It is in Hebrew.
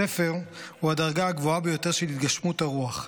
ספר הוא הדרגה הגבוהה ביותר של התגשמות הרוח.